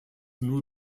nur